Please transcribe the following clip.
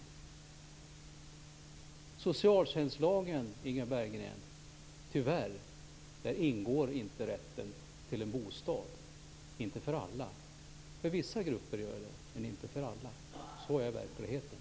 I socialtjänstlagen ingår tyvärr inte rätten till en bostad, Inga Berggren - inte för alla; för vissa grupper finns den men inte för alla. Sådan är verkligheten.